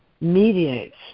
mediates